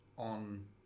on